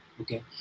Okay